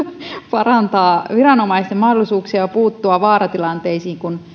parantaa viranomaisten mahdollisuuksia puuttua vaaratilanteisiin kun